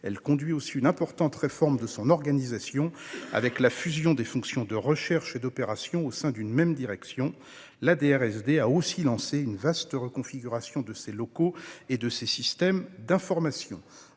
Elle conduit aussi une importante réforme de son organisation, avec la fusion des fonctions de recherche et d'opération au sein d'une même direction. La DRSD a aussi lancé une vaste reconfiguration de ses locaux et de ses systèmes d'information.